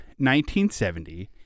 1970